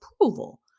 approval